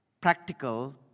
practical